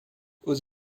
aux